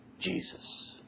Jesus